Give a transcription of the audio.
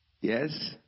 Yes